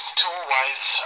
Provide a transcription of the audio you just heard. tool-wise